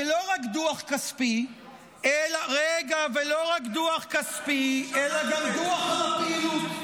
ולא רק דוח כספי, אלא גם דוח על הפעילות.